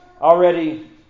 already